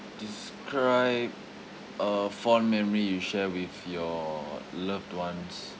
describe a fond memory you share with your loved ones